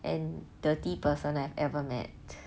and dirty person I've ever met